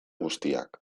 guztiak